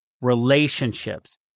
Relationships